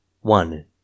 One